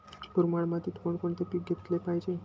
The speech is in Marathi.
मुरमाड मातीत कोणकोणते पीक घेतले पाहिजे?